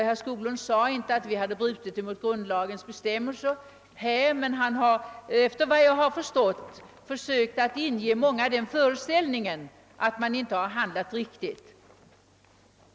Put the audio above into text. Herr Skoglund påstod inte att vi hade brutit mot grundlagens bestämmelser, men han har efter vad jag förstått försökt att inge många föreställningen, att vi inte har handlat riktigt.